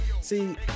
see